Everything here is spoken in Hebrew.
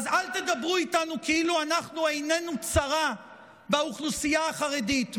אז אל תדברו איתנו כאילו עיננו צרה באוכלוסייה החרדית.